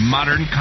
Modern